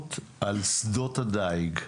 החקלאות על שדות הדיג.